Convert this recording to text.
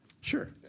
Sure